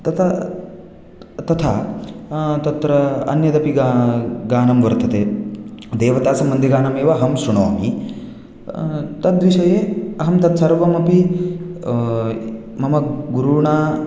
तता तथा तत्र अन्यदपि ग गानं वर्तते देवतासम्बन्धिगानमेव अहं शृणोमि तद्विषये अहं तत्सर्वमपि मम गुरुणा